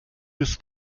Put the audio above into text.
bis